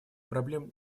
проблем